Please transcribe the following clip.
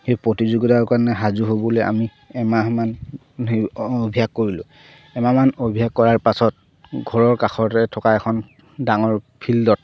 সেই প্ৰতিযোগিতাৰ কাৰণে সাজু হ'বলৈ আমি এমাহমান অভ্যাস কৰিলোঁ এমাহমান অভ্যাস কৰাৰ পাছত ঘৰৰ কাষতে থকা এখন ডাঙৰ ফিল্ডত